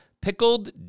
pickled